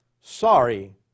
Sorry